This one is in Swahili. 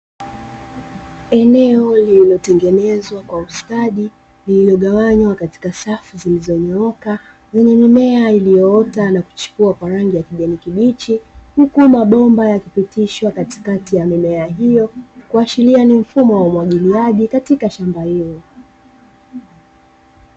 Eneo lililotengenezwa kwa ustadi, lililogawanywa katika safu zilizonyooka zenye mimea iliyoota na kuchipua kwa rangi ya kijani kibichi, huku mabomba yakipitishwa katikati ya mimea hiyo kuashiria ni mfumo wa umwagiliaji katika shamba hilo.